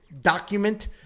document